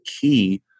key